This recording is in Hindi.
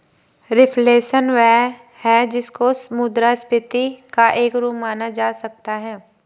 रिफ्लेशन वह है जिसको मुद्रास्फीति का एक रूप माना जा सकता है